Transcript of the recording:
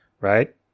right